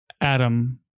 Adam